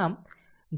આમ